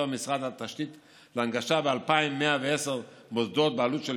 המשרד תשתית להנגשה ב-2,110 מוסדות בעלות של